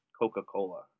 Coca-Cola